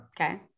Okay